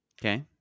Okay